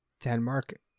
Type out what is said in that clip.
Denmark